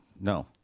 No